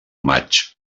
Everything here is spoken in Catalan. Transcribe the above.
maig